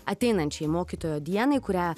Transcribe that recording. ateinančiai mokytojo dienai kurią